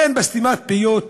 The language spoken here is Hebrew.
סתימת פיות?